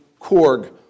Korg